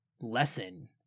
lesson